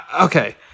okay